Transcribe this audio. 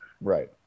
right